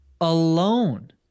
alone